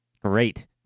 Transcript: Great